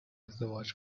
ازدواج